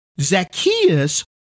Zacchaeus